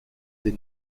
des